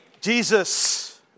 Jesus